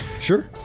Sure